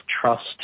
trust